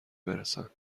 برسن